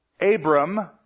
Abram